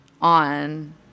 on